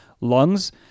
lungs